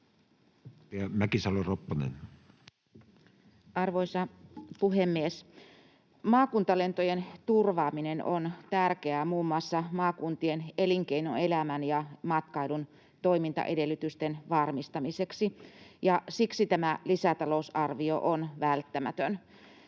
15:14 Content: Arvoisa puhemies! Maakuntalentojen turvaaminen on tärkeää muun muassa maakuntien elinkeinoelämän ja matkailun toimintaedellytysten varmistamiseksi, ja siksi tämä lisätalousarvio on välttämätön.